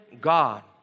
God